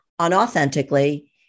unauthentically